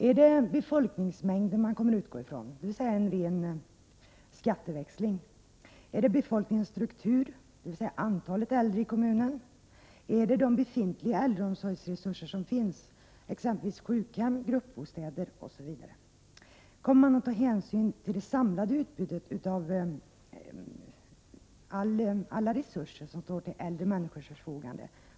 Är det befolkningsmängden man kommer att utgå från, dvs. en ren skatteväxling? Kommer man att utgå från befolkningens struktur, dvs. antalet äldre i kommunen? Kommer man att utgå från befintliga äldreomsorgsresurser, exempelvis sjukhem och gruppbostäder? Kommer man att ta hänsyn till det samlade utbudet av resurser som står till äldre människors förfogande?